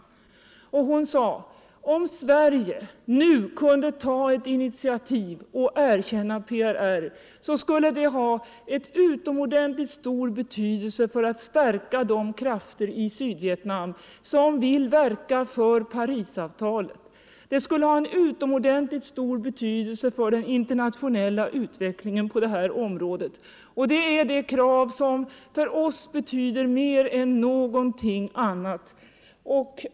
Hon sade att om Sverige nu kunde ta ett initiativ och erkänna PRR, så skulle det ha en utomordentligt stor betydelse för att stärka de krafter i Sydvietnam som vill verka för Parisavtalet. Det skulle ha en utomordentligt stor betydelse för den internationella utvecklingen på det här området, och det är det krav som för oss betyder mer än någonting annat, sade hon.